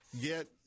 get